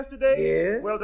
yesterday